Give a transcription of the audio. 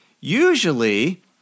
usually